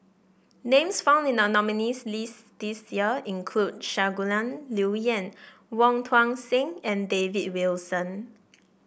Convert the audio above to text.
names found in the nominees' list this year include Shangguan Liuyun Wong Tuang Seng and David Wilson